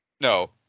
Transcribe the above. No